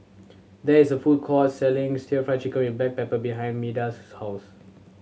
there is a food court selling still Fry Chicken with black pepper behind Meda's house